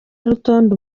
rutonde